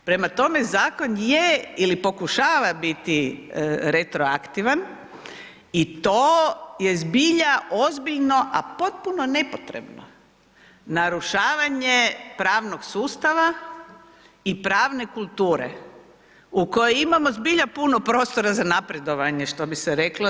Prema tome, zakon je ili pokušava biti retroaktivan i to je zbilja ozbiljno, a potpuno nepotrebno narušavanje pravnog sustava i pravne kulture u kojoj imamo zbilja puno prostora za napredovanje što bi se reklo.